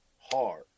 hard